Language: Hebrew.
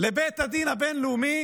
לבית הדין הבין-לאומי,